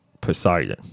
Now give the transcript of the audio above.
Poseidon